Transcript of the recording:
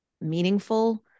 meaningful